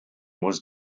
was